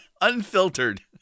Unfiltered